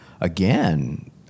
again